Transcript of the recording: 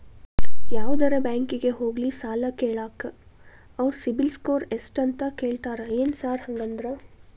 ಯಾವದರಾ ಬ್ಯಾಂಕಿಗೆ ಹೋಗ್ಲಿ ಸಾಲ ಕೇಳಾಕ ಅವ್ರ್ ಸಿಬಿಲ್ ಸ್ಕೋರ್ ಎಷ್ಟ ಅಂತಾ ಕೇಳ್ತಾರ ಏನ್ ಸಾರ್ ಹಂಗಂದ್ರ?